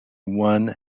one